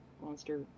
monster